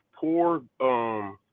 poor –